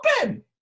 open